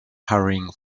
hurrying